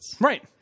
Right